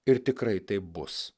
ir tikrai taip bus